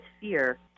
fear